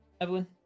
Evelyn